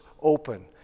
open